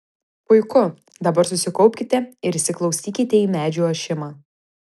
puiku dabar susikaupkite ir įsiklausykite į medžių ošimą